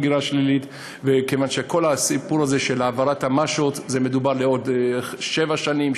וכיוון שכל הסיפור של העברות המש"אות מדובר לעוד שבע שנים,